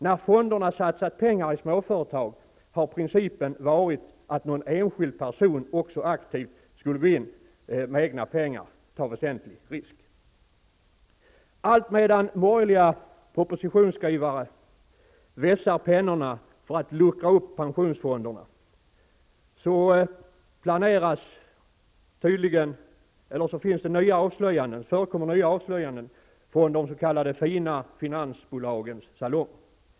När fonderna satsar pengar i småföretag har principen varit att någon enskild person också aktivt skulle gå in och med egna pengar ta en väsentlig risk. Allt medan borgerliga propositionsskrivare vässar pennorna för att luckra upp pensionsfonderna, görs nya avslöjanden om de s.k. fina finansbolagens salonger.